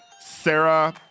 Sarah